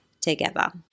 together